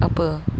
apa